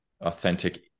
authentic